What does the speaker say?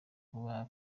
kuba